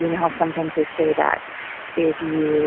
you know how sometimes they say that if you